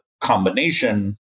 combination